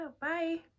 bye